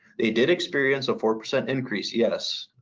they did experience a four percent increase, yes,